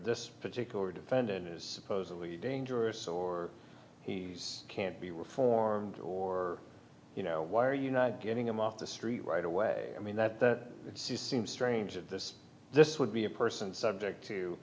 this particular defendant is supposedly dangerous or he can't be reformed or you know why are you not getting him off the street right away i mean that that seems strange of this this would be a person subject to